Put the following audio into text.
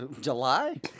July